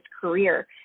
career